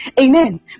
Amen